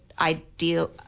ideal